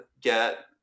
get